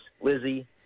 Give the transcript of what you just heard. Lizzie